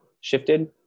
shifted